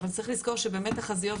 אבל צריך לזכור שבאמת תחזיות,